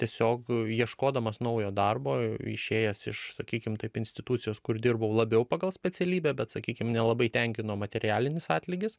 tiesiog ieškodamas naujo darbo išėjęs iš sakykim taip institucijos kur dirbau labiau pagal specialybę bet sakykim nelabai tenkino materialinis atlygis